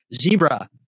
zebra